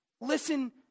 listen